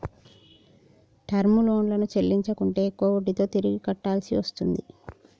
term లోన్లను చెల్లించకుంటే ఎక్కువ వడ్డీతో తిరిగి కట్టాల్సి వస్తుంది